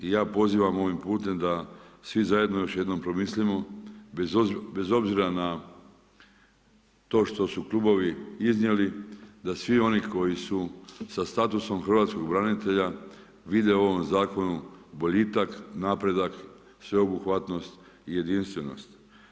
I ja pozivam ovim putem da svi zajedno još jednom promislimo bez obzira na to što su klubovi iznijeli da svi oni koji su sa statusom hrvatskog branitelja vide u ovom zakonu boljitak, napredak, sveobuhvatnost i jedinstvenost.